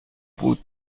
بود